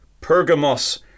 Pergamos